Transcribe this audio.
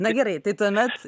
na gerai tai tuomet